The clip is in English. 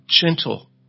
gentle